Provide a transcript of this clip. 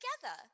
together